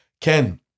Ken